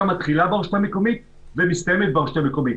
מתחילה ברשות המקומית ומסתיימת ברשות המקומית.